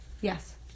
Yes